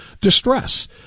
distress